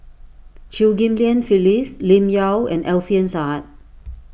Chew Ghim Lian Phyllis Lim Yau and Alfian Sa'At